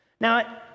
Now